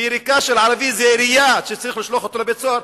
ויריקה של ערבי זה ירייה שצריך לשלוח אותו לבית-סוהר?